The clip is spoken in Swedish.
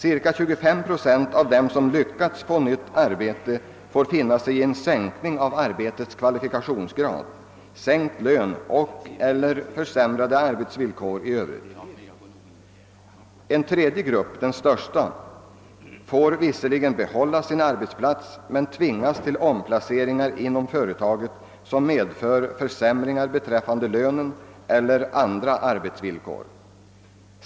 Ca 25 7 av dem som lyckats få nytt arbete får finna sig i en sänkning av arbetets kvalifikationsgrad, sänkt lön och/eller försämrade arbetsvillkor i övrigt. En tredje grupp — den största — får visserligen behålla sin arbetsplats men tvingas till omplaceringar inom företaget, som medför försämringar beträffande lönen eller andra arbetsvillkor ...